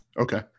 Okay